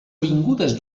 avingudes